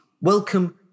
Welcome